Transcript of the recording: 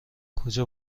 کجا